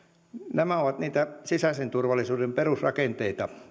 nämä ovat niitä sisäisen turvallisuuden perusrakenteita